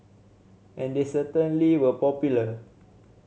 and they certainly were popular